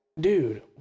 Dude